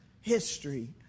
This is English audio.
history